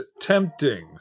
tempting